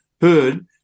heard